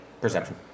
Perception